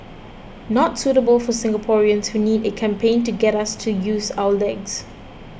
not suitable for Singaporeans who need a campaign to get us to use our legs